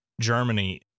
Germany